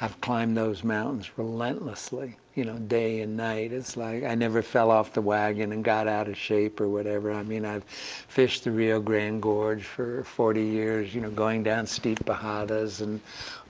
i've climbed those mountains relentlessly. you know, day and night. it's like, i never fell off the wagon and got out of shape or whatever. i mean, i've fished the rio grande gorge for forty years, you know going down steep bajadas and